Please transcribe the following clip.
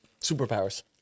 superpowers